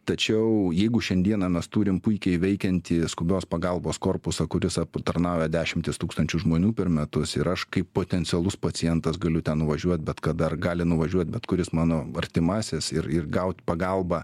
tačiau jeigu šiandieną mes turim puikiai veikiantį skubios pagalbos korpusą kuris aptarnauja dešimtis tūkstančių žmonių per metus ir aš kaip potencialus pacientas galiu ten nuvažiuot bet kada gali nuvažiuot bet kuris mano artimasis ir ir gaut pagalbą